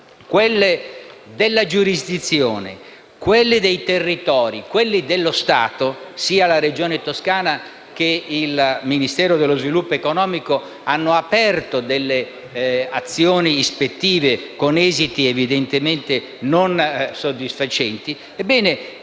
quelle della giurisdizione, quelle dei territori, quelle dello Stato (sia la Regione Toscana che il Ministero dello sviluppo economico) hanno aperto delle azioni ispettive con esiti evidentemente non soddisfacenti.